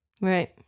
Right